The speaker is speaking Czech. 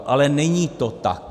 Ale není to tak.